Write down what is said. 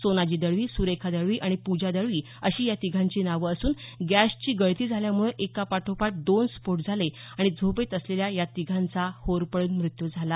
सोनाजी दळवी सुरेखा दळवी आणि पूजा दळवी अशी या तिघांची नावं असून गॅसची गळती झाल्यामुळं एकापाठोपाठ दोन स्फोट झाले आणि झोपेत असलेल्या या तिघांचा होरपळून मृत्यु झाला